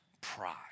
pride